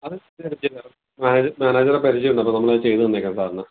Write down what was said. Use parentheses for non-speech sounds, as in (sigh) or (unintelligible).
(unintelligible) മാനേജറെ പരിചയമുണ്ട് അപ്പോൾ അത് നമ്മൾ ചെയ്തു തന്നേക്കാം സാറിന്